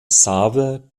save